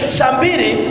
Sambiri